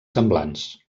semblants